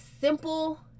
simple